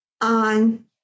on